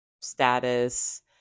status